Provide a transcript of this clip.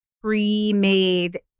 pre-made